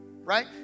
right